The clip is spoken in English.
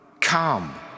Come